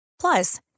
Plus